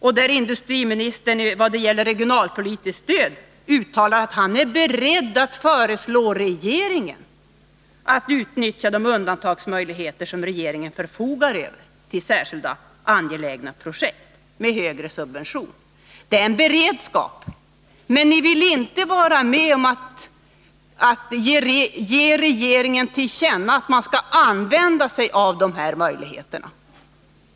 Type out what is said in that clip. Vad gäller regionalpolitiskt stöd uttalar industriministern i propositionen att han är beredd att föreslå regeringen att utnyttja de undantagsmöjligheter som regeringen förfogar över till särskilt angelägna projekt med högre subvention. Det är en beredskap, men ni vill inte vara med om att ge regeringen till känna att den skall använda sig av dessa möjligheter.